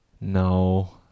No